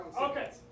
Okay